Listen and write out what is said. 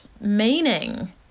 meaning